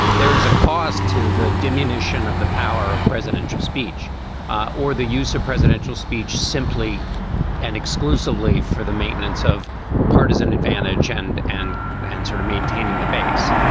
there is a cost to the diminution of the power of presidential speech or the use of presidential speech simply and exclusively for the maintenance of partisan advantage and and and sort of maintaining the base.